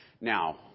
Now